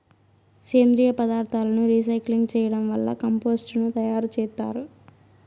సేంద్రీయ పదార్థాలను రీసైక్లింగ్ చేయడం వల్ల కంపోస్టు ను తయారు చేత్తారు